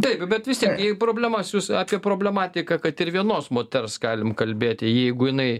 taip bet vis tiek į problemas jūs apie problematiką kad ir vienos moters galim kalbėti jeigu jinai